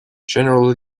general